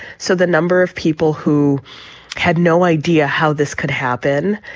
so the number of people who had no idea how this could happen.